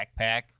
backpack